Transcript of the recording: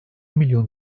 milyon